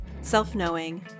self-knowing